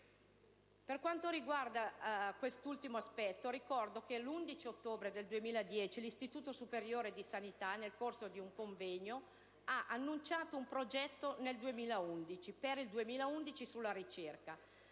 Per quanto riguarda quest'ultimo aspetto, ricordo che 1'11 ottobre del 2010 l'Istituto superiore di sanità, nel corso di un convegno, ha annunciato la partenza nel 2011 di un progetto